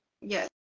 Yes